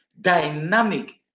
dynamic